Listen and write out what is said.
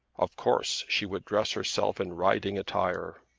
of course she would dress herself in riding attire.